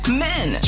men